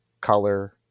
color